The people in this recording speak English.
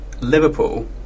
Liverpool